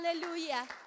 Hallelujah